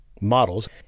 models